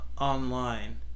online